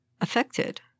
affected